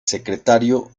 secretario